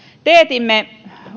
teetimme